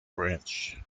branch